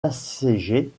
assiégée